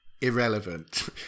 irrelevant